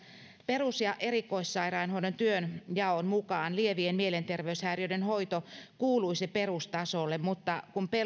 perus ja erikoissairaanhoidon työnjaon mukaan lievien mielenterveyshäiriöiden hoito kuuluisi perustasolle mutta kun